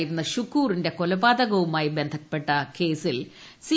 പ്രവർത്തകനായിരുന്ന ഷുക്കൂറിന്റെ കൊലപാതകവുമായി ബന്ധപ്പെട്ട കേസിൽ സി